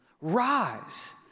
rise